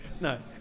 no